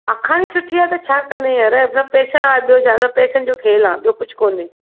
आखाणी सुठी आहे त छा कंदे यार सभु पेसा ॿियो ज्यादा पैसनि जो खेल आहे ॿियो कुझु कोन्हे